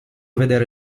vedere